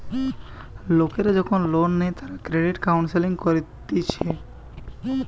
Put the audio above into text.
লোকরা যখন লোন নেই তারা ক্রেডিট কাউন্সেলিং করতিছে